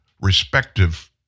respective